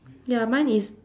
ya mine is